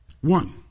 One